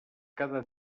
cada